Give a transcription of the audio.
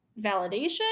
validation